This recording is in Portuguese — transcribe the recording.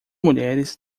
mulheres